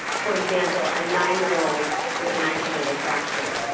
for example, a nine-year-old with an isolated fracture.